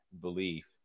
belief